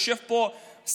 יושב פה שר,